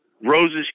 Rose's